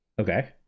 Okay